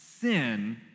sin